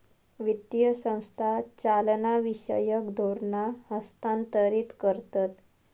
वित्तीय संस्था चालनाविषयक धोरणा हस्थांतरीत करतत